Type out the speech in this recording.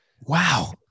Wow